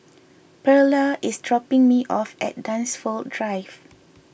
Pearla is dropping me off at Dunsfold Drive